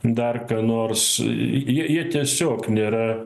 dar ką nors jie jie tiesiog nėra